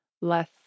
less